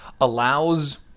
allows